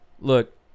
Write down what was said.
Look